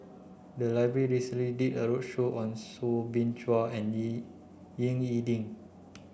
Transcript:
the library recently did a roadshow on Soo Bin Chua and E Ying E Ding